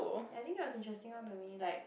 ya I think it was interesting orh to me like